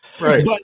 right